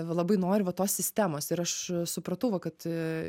labai nori va tos sistemos ir aš supratau va kad